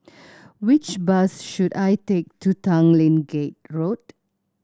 which bus should I take to Tanglin Gate Road